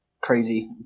crazy